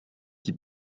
qui